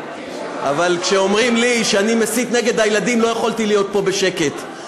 אבל כשאומרים לי שאני מסית נגד הילדים לא יכולתי להיות פה בשקט.